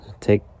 Take